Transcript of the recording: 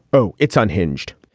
oh, it's unhinged.